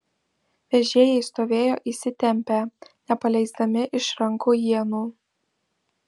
vežėjai stovėjo įsitempę nepaleisdami iš rankų ienų